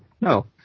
No